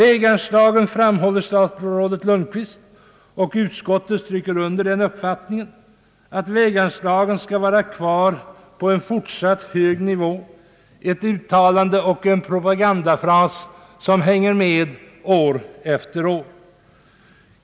Statsrådet Lundkvist framhåller och utskottet stryker under att väganslagen skall vara kvar på en fortsatt hög nivå. Det är ett uttalande, en propagandafras, som hänger med år efter år.